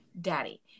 daddy